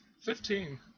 Fifteen